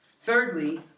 Thirdly